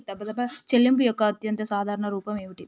చెల్లింపు యొక్క అత్యంత సాధారణ రూపం ఏమిటి?